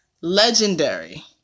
Legendary